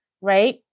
right